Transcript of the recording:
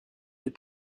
des